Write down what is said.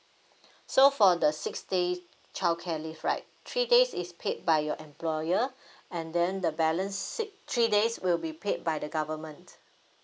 so for the six days childcare leave right three days is paid by your employer and then the balance six three days will be paid by the government